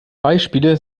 beispiele